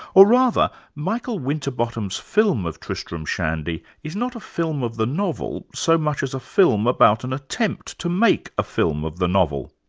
or rather, michael winterbottom's film of tristram shandy is not a film of the novel so much as a film about an attempt to make a film of the novel,